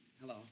Hello